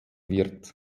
wird